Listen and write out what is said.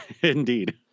Indeed